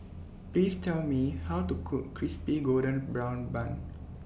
Please Tell Me How to Cook Crispy Golden Brown Bun